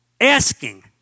Asking